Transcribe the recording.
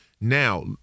Now